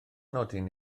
nodyn